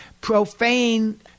profane